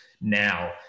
now